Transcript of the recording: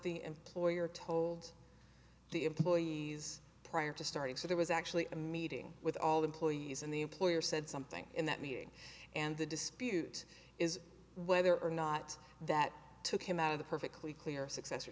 the employer told the employees prior to starting so there was actually a meeting with all employees and the employer said something in that meeting and the dispute is whether or not that took him out of the perfectly clear